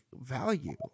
value